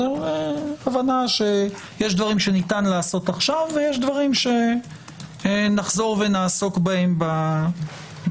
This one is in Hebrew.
והבנה שיש דברים שניתן לעשות עכשיו ויש דברים שנחזור ונעסוק בהם בהמשך.